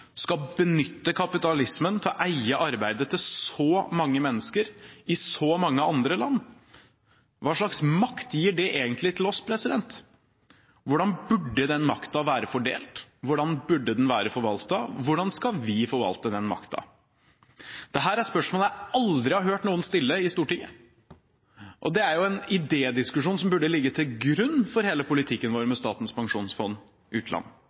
skal benytte kapitalismen til å eie arbeidet til så mange mennesker i så mange andre land? Hva slags makt gir det egentlig til oss? Hvordan burde den makten være fordelt? Hvordan burde den være forvaltet? Hvordan skal vi forvalte den makten? Dette er spørsmål jeg aldri har hørt noen stille i Stortinget, og det er en idédiskusjon som burde ligge til grunn for hele politikken vår med Statens pensjonsfond utland.